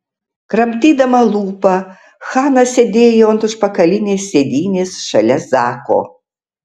kramtydama lūpą hana sėdėjo ant užpakalinės sėdynės šalia zako